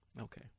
Okay